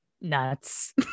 Nuts